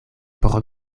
por